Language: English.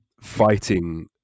fighting